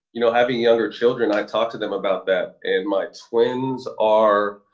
you know, having younger children, i talked to them about that. and my twins are